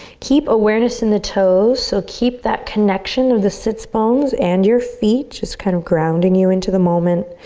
keep awareness in the toes. so keep that connection of the sits bones and your feet just kind of grounding you into the moment.